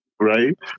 Right